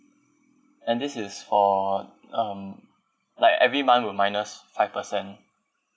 and this is for um like every month will minus five percent